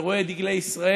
ורואה את דגלי ישראל,